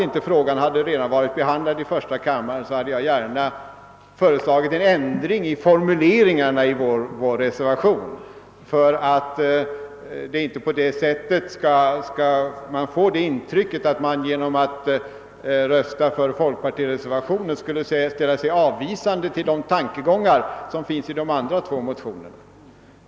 Om frågan inte redan varit behandlad i första kammaren, hade jag gärna föreslagit en ändring i formuleringarna av vår reservation för att inte det intrycket skulle uppstå att den som röstade på folkpartimotionen ställer sig avvisande till de tankegångar som finns i de båda andra motionerna.